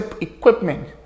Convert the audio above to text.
equipment